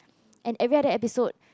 and every other episode